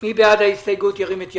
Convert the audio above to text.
מי בעד ההסתייגות ירים את ידו.